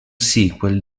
sequel